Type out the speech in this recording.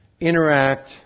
interact